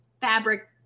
fabric